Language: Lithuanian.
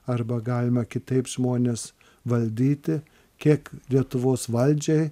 arba galima kitaip žmones valdyti kiek lietuvos valdžiai